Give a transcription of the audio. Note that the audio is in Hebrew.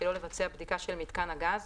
שלא לבצע בדיקה של מיתקן הגז